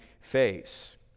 face